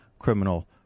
criminal